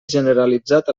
generalitzat